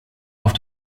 auf